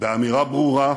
באמירה ברורה,